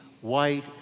white